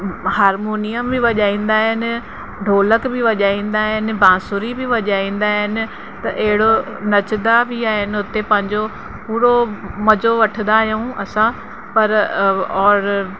harmonium बि वॼाईंदा आहिनि ढोलक बि वॼाईंदा आहिनि बांसुरी बि वॼाईंदा आहिनि अहिड़ो नचंदो बि आहिनि उते पंहिंजो पूरो मज़ो वठंदा आहियूं असां पर अब और